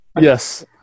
Yes